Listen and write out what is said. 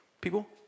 people